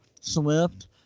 Swift